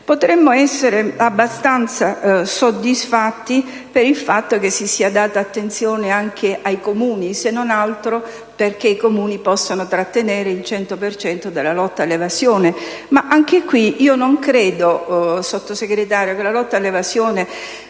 Potremmo essere abbastanza soddisfatti per il fatto che si sia data attenzione anche ai Comuni, se non altro perché i Comuni possano trattenere il 100 per cento dei proventi della lotta all'evasione. Anche qui però, Sottosegretario, non credo che la lotta all'evasione